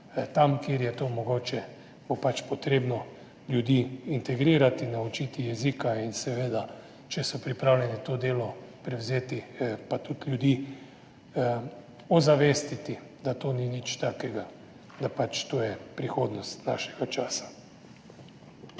kjer je to mogoče, bo pač treba ljudi integrirati, naučiti jezika, seveda, če so pripravljeni to delo prevzeti, tudi ljudi ozavestiti, da to ni nič takega, da je to prihodnost našega časa.